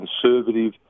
conservative